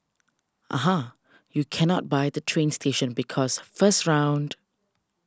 aha you cannot buy the train station because first round